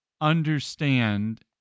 understand